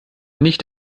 nicht